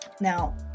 Now